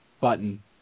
button